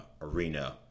arena